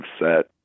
set